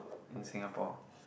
in Singapore